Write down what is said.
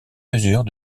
mesure